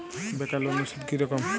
বেকার লোনের সুদ কি রকম?